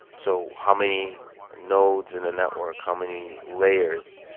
so how many nodes in a network? how many layers?